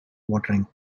watering